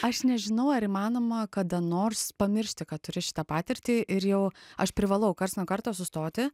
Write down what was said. aš nežinau ar įmanoma kada nors pamiršti kad turi šitą patirtį ir jau aš privalau karts nuo karto sustoti